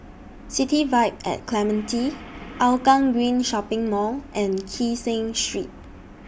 City Vibe At Clementi Hougang Green Shopping Mall and Kee Seng Street